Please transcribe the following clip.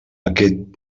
aquest